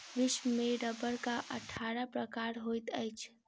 विश्व में रबड़क अट्ठारह प्रकार होइत अछि